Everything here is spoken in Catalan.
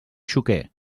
xúquer